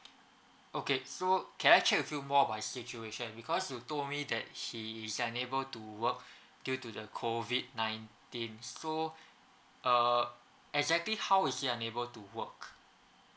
okay so can I check with you more about your situation because you told me that he's unable to work due to the COVID nineteen so uh exactly how is he unable to work